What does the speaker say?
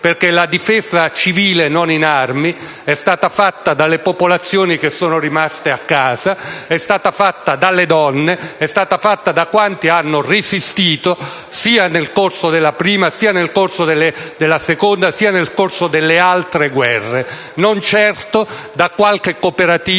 La difesa civile non in armi è stata compiuta dalle popolazioni che sono rimaste a casa, è stata fatta dalle donne, è stata fatta da quanti hanno resistito, sia nel corso della Prima, sia nel corso della Seconda, sia nel corso delle altre guerre, e non certo da qualche cooperativa